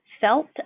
felt